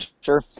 sure